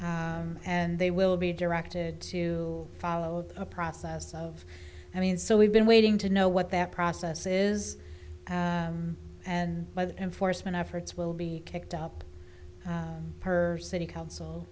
made and they will be directed to follow a process of i mean so we've been waiting to know what that process is and by that enforcement efforts will be kicked up her city council